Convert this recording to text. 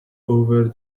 over